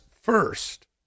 first